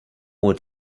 what